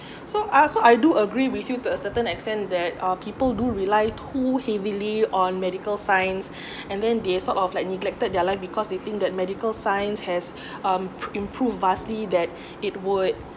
so I also I do agree with you to a certain extent that uh people do rely too heavily on medical science and then they sort of like neglected their life because they think that medical science has um improved vastly that it would